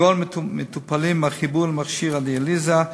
לגאול מטופלים מהחיבור למכשיר הדיאליזה,